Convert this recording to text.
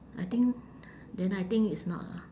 I think then I think it's not lah